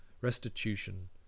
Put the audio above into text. restitution